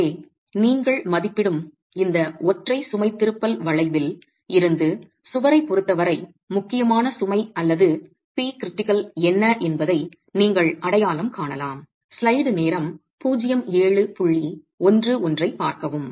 எனவே நீங்கள் மதிப்பிடும் இந்த ஒற்றை சுமை திருப்பல் வளைவில் இருந்து சுவரைப் பொறுத்தவரை முக்கியமான சுமை அல்லது Pcritical என்ன என்பதை நீங்கள் அடையாளம் காணலாம்